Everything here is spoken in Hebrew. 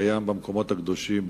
שקיים במקומות הקדושים בירושלים.